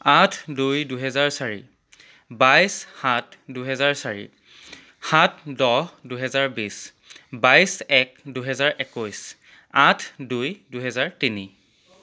আঠ দুই দুহেজাৰ চাৰি বাইছ সাত দুহেজাৰ চাৰি সাত দহ দুহেজাৰ বিছ বাইছ এক দুহেজাৰ একৈছ আঠ দুই দুহেজাৰ তিনি